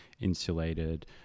insulated